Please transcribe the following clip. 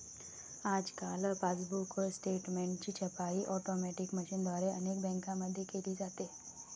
आजकाल पासबुक स्टेटमेंटची छपाई ऑटोमॅटिक मशीनद्वारे अनेक बँकांमध्ये केली जाते